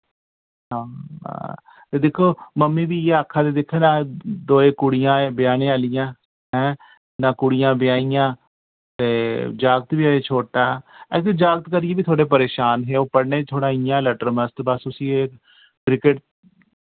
हां ते दिक्खो मम्मी वी इयै आक्खा दे दिक्ख ना दोए कुड़ियां कुड़ियां अजें ब्याह्ने आह्लियां हैं ना कुड़ियां ब्याहियां ते जाकत वी अजें छोटा ऐसे जाकत करियै वी थोह्ड़े परेशान हे ओह् पढ़ने च थोह्ड़ा इ'यां लटर मस्त बस उस्सी एह् क्रिकेट